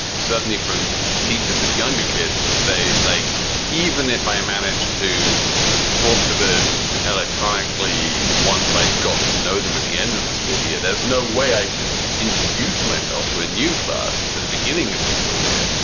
certainly from teachers. if younger kids to say, like even if i manage to talk to them electronically, once i got to know them at the end of the school year, there's no way i can introduce myself to a new class at the beginning of the school year.